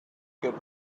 get